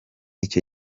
icyo